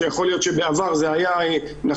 שיכול להיות שבעבר זה היה נכון,